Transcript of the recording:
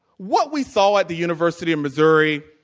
what we saw at the university of missouri,